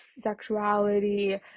sexuality